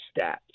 stats